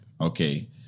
okay